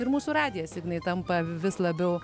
ir mūsų radijas ignai tampa vis labiau